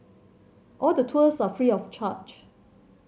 all the tours are free of charge